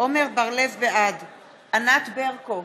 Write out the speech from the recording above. בעד ענת ברקו,